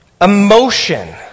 emotion